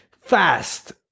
Fast